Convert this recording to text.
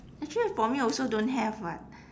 actually for me also don't have [what]